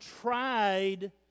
tried